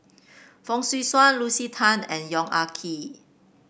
Fong Swee Suan Lucy Tan and Yong Ah Kee